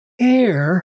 air